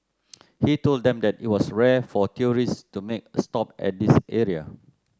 he told them that it was rare for tourists to make a stop at this area